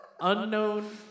unknown